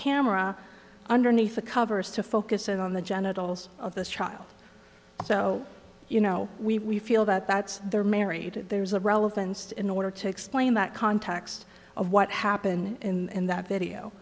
camera underneath the covers to focus it on the genitals of this child so you know we feel that that's they're married there's a relevance to in order to explain that context of what happened in that video